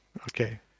Okay